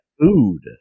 food